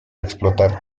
explotar